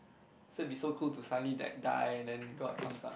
so it'll be so cool to suddenly like die and then god comes up